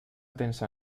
tensa